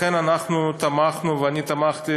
לכן אנחנו תמכנו ואני תמכתי